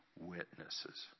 witnesses